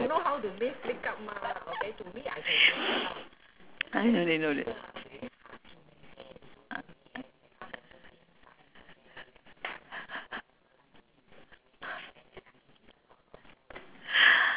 I no need no need